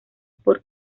por